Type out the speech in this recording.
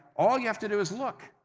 all you have to do is look.